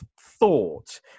thought